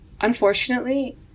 unfortunately